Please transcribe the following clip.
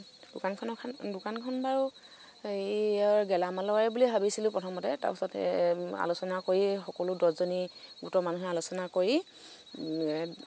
দোকানখন' কা দোকানখন বাৰু হেৰিয়ৰ গেলামালৰে বুলি ভাবিছিলো প্ৰথমতে তাৰপিছতে আলোচনা কৰিয়ে সকলো দহজনী গোটৰ মানুহে আলোচনা কৰি